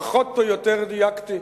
פחות או יותר, דייקתי?